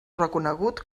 reconegut